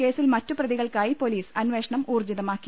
കേസിൽ മറ്റു പ്രപ്പതികൾക്കായി പോലീസ് അന്വേഷണം ഊർജ്ജിതമാക്കി